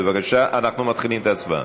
בבקשה, אנחנו מתחילים את ההצבעה.